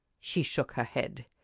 she shook her head.